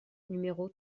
numéro